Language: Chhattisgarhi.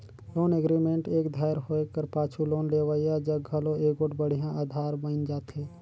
लोन एग्रीमेंट एक धाएर होए कर पाछू लोन लेहोइया जग घलो एगोट बड़िहा अधार बइन जाथे